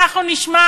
אנחנו נשמע